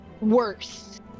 worse